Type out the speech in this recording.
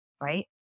Right